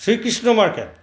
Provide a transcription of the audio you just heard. Shri Krishna market